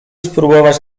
spróbować